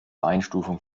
einstufung